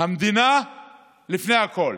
המדינה לפני הכול.